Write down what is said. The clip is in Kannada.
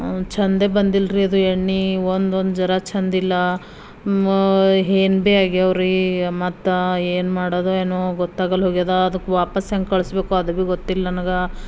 ಚೆಂದೆ ಬಂದಿಲ್ಲ ರೀ ಅದು ಎಣ್ಣೆ ಒಂದೊಂದು ಜರ ಚಂದಿಲ್ಲ ಹೇನು ಭೀ ಆಗ್ಯಾವ್ರಿ ಮತ್ತೆ ಏನು ಮಾಡೋದೊ ಏನೋ ಗೊತ್ತಾಗಲ್ಲ ಹೋಗ್ಯದ ಅದ್ಕೆ ವಾಪಸ್ಸು ಹೆಂಗೆ ಕಳಿಸ್ಬೇಕು ಅದು ಭೀ ಗೊತ್ತಿಲ್ಲ ನನಗೆ